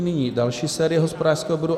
Nyní další série hospodářského výboru.